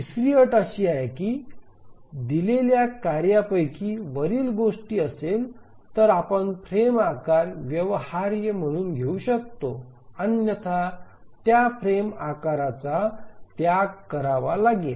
तिसरी अट अशी आहे की दिलेल्या दिलेल्या कार्यांपैकी वरील गोष्टी असेल तर आपण फ्रेम आकार व्यवहार्य म्हणून घेऊ शकतो अन्यथा त्या फ्रेम आकाराचा त्याग करावा लागेल